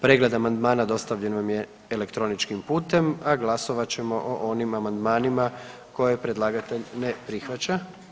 Pregled amandmana dostavljen vam je elektroničkim putem, a glasovat ćemo o onim amandmanima koje predlagatelj ne prihvaća.